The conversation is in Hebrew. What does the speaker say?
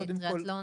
טריאתלון --- כתוב,